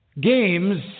games